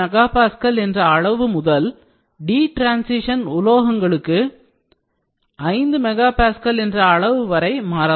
2 mega Pascal என்ற அளவு முதல் d transition உலோகங்களுக்கு 5 mega Pascal என்ற அளவு வரை மாறலாம்